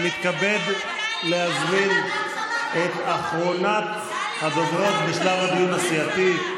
אני מתכבד להזמין את אחרונת הדוברות בשלב הדיון הסיעתי,